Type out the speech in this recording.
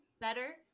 better